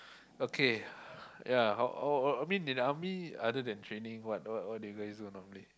okay ya I I I mean in Army other than training what what do you guys do normally